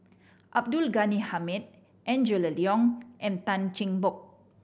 Abdul Ghani Hamid Angela Liong and Tan Cheng Bock